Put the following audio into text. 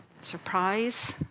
surprise